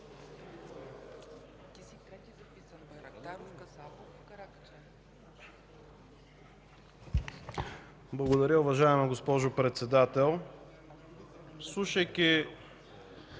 Благодаря, уважаема госпожо Председател. Слушайки